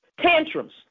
Tantrums